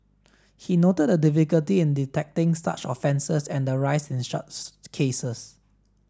he noted the difficulty in detecting such offences and the rise in such cases